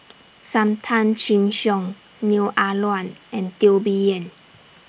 SAM Tan Chin Siong Neo Ah Luan and Teo Bee Yen